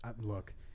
look